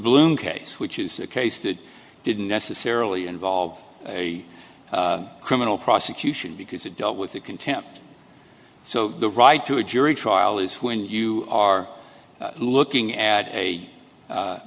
balloon case which is a case that didn't necessarily involve a criminal prosecution because it dealt with the contempt so the right to a jury trial is when you are looking at a